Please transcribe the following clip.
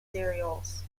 serials